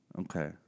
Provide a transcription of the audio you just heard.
Okay